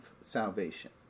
salvation